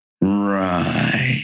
Right